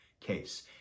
case